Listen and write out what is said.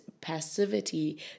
passivity